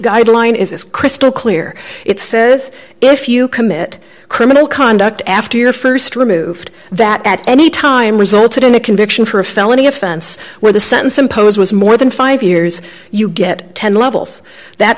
guideline is crystal clear it says if you commit criminal conduct after your st removed that at any time resulted in a conviction for a felony offense where the sentence imposed was more than five years you get ten levels that